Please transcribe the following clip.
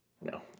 No